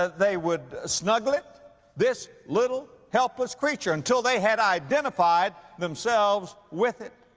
ah they would snuggle it this little helpless creature until they had identified themselves with it.